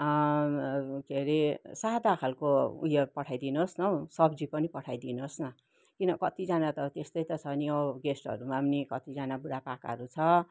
के हरे सादा खाले उयो पठाइदिनुहोस् न हौ सब्जी पनि पठाइदिनुहोस् न किन कतिजना त त्यस्तै त छ नि गेस्टहरूमा नि कतिजना बुढापाकाहरू छ